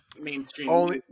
mainstream